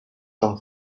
són